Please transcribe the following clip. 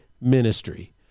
ministry